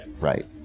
right